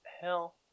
hell